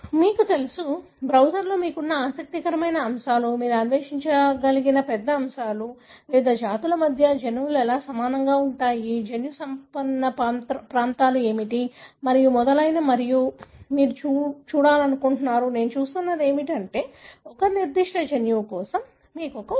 మీకు తెలుసు బ్రౌజర్లో మీకు ఉన్న ఆసక్తికరమైన అంశాలు మీరు అన్వేషించదలిచిన పెద్ద సంఖ్యలో అంశాలు వివిధ జాతుల మధ్య జన్యువులు ఎలా సమానంగా ఉంటాయి జన్యు సంపన్న ప్రాంతాలు ఏమిటి మరియు మొదలైనవి మరియు మీరు చూడాలనుకుంటున్నారు నేను చూస్తున్నది ఏమిటంటే ఒక నిర్దిష్ట జన్యువు కోసం మీకు ఒక ఉదాహరణ